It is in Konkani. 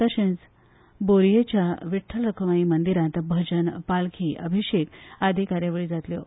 तशेंच बोरयेच्या विठ्ठल रखुमाय देवळांत भजन पालखी अभिषेक बी कार्यावळी जातल्यो